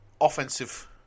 Offensive